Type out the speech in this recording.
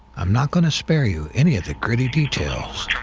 i'm not gonna spare you any of the gritty details.